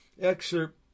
excerpt